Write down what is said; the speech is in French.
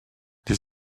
les